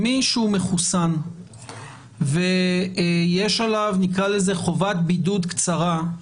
מי שהוא מחוסן ויש עליו חובת בידוד קצרה,